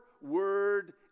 word